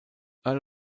earl